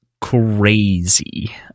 crazy